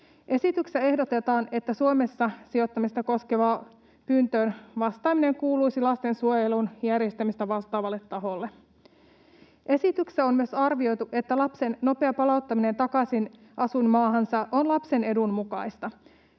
Esityksessä ehdotetaan, että Suomessa sijoittamista koskevaan pyyntöön vastaaminen kuuluisi lastensuojelun järjestämisestä vastaavalle taholle. Esityksessä on myös arvioitu, että lapsen nopea palauttaminen takaisin asuinmaahansa on lapsen edun mukaista.